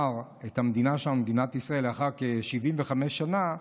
מדינת ישראל, לאחר כ-75 שנה,